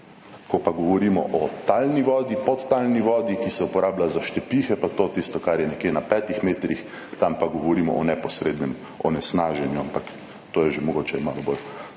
Ko pa govorimo o talni vodi, podtalni vodi, ki se uporablja za štepihe, pa to, tisto, kar je nekje na petih metrih, tam pa govorimo o neposrednem onesnaženju, ampak to je že mogoče malo bolj